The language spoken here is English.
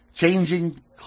changing